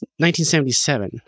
1977